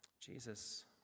Jesus